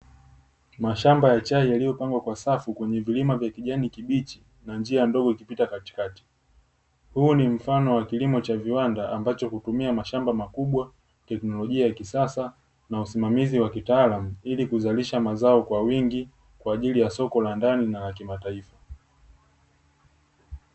Mashamba ya chai yaliyopangwa kwa safu kwenye vilima vya kijani kibichi na njia ndogo ikipita katikati. Huu ni mfano wa kilimo cha viwanda ambacho hutumia mashamba makubwa, teknolojia ya kisasa na usimamizi wa kitaalamu, ili kuzalisha mazao kwa wingi kwa ajili ya soko la ndani na la kimataifa.